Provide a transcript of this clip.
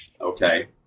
okay